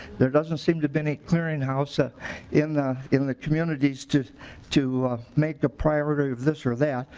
there doesn't seem to be any clearinghouse ah in the in the communities to to make a priority of this or that.